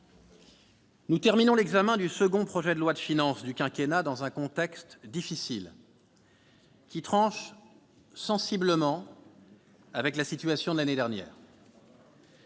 nous terminons l'examen du deuxième projet de loi de finances du quinquennat dans un contexte difficile, qui tranche sensiblement avec la situation de l'année dernière.